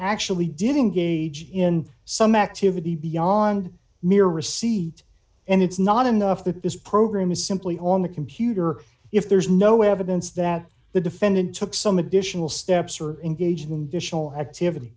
actually didn't gauge in some activity beyond mere receipt and it's not enough that this program is simply on the computer if there's no evidence that the defendant took some additional steps or engaged in vishal activity